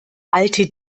alte